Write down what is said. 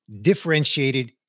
Differentiated